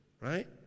Right